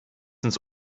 ins